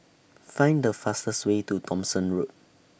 Find The fastest Way to Thomson Road